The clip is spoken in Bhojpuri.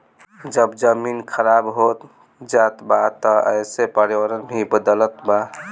जब जमीन खराब होत जात बा त एसे पर्यावरण भी बदलत बा